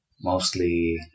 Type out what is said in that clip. mostly